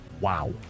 Wow